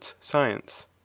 science